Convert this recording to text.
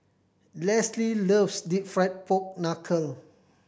Lesly loves Deep Fried Pork Knuckle